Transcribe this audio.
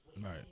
Right